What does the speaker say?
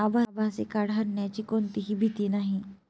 आभासी कार्ड हरवण्याची कोणतीही भीती नाही